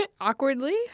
Awkwardly